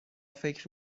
فکر